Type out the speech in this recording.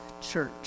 church